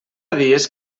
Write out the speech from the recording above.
dies